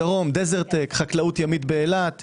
בדרום דזרטק, חקלאות ימית באילת ותיירות,